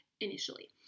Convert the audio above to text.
initially